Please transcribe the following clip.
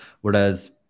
whereas